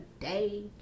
day